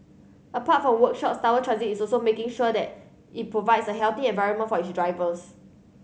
apart from workshop Tower Transit is also making sure that it provides a healthy environment for its drivers